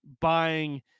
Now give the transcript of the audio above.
buying